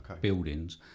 buildings